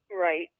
Right